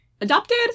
adopted